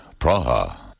Praha